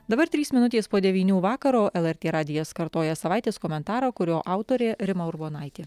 dabar trys minutės po devynių vakaro lrt radijas kartoja savaitės komentarą kurio autorė rima urbonaitė